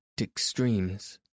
extremes